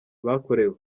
bakorewe